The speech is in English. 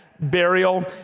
burial